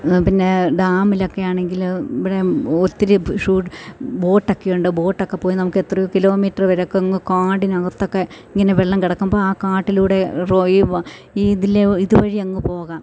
പിന്നെ ഡാമിലൊക്കെയാണെങ്കിലും ഇവിടെ ഒത്തിരി ഷൂട്ട് ബോട്ട് ഒക്കെയുണ്ട് ബോട്ട് ഒക്കെ പോയി നമുക്ക് എത്രയോ കിലോമീറ്റർ വരെ ഒക്കെ അങ്ങ് കാടിന് അകത്തൊക്കെ ഇങ്ങനെ വെള്ളം കിടക്കുമ്പോൾ ആ കാട്ടിലൂടെ ഈ ഈ ഇതിലെ ഇത് വഴി അങ്ങ് പോകാം